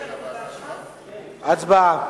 הצבעה.